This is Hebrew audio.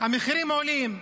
המחירים עולים,